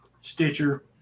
Stitcher